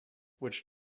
which